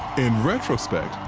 in retrospect,